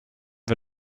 wir